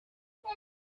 über